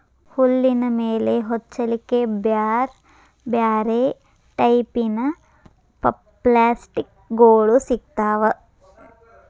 ಹುಲ್ಲಿನ ಮೇಲೆ ಹೊಚ್ಚಲಿಕ್ಕೆ ಬ್ಯಾರ್ ಬ್ಯಾರೆ ಟೈಪಿನ ಪಪ್ಲಾಸ್ಟಿಕ್ ಗೋಳು ಸಿಗ್ತಾವ